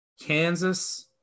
Kansas